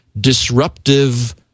disruptive